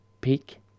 peak